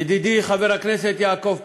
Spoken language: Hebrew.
ידידי חבר הכנסת יעקב פרי,